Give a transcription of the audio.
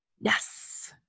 Yes